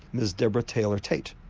miss deborah taylor tait,